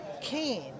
Kane